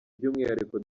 by’umwihariko